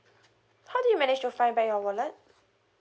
how did you manage to find back your wallet